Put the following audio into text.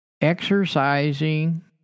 exercising